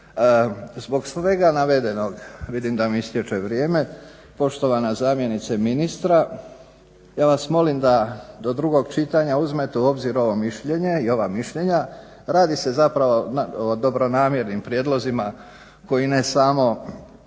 Zbog svega navedenog vidim da mi istječe vrijeme, poštovana zamjenice ministra ja vas molim da do drugog čitanja uzmete u obzir ovo mišljenje i ova mišljenja. Radi se zapravo o dobronamjernim prijedlozima koji ne samo